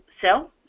sell